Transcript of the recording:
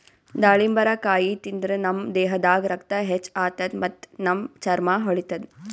ದಾಳಿಂಬರಕಾಯಿ ತಿಂದ್ರ್ ನಮ್ ದೇಹದಾಗ್ ರಕ್ತ ಹೆಚ್ಚ್ ಆತದ್ ಮತ್ತ್ ನಮ್ ಚರ್ಮಾ ಹೊಳಿತದ್